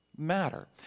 matter